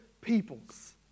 peoples